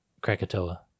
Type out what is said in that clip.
Krakatoa